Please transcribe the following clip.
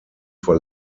vor